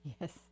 Yes